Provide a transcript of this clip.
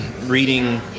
Reading